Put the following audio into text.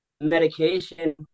medication